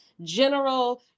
general